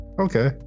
okay